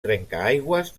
trencaaigües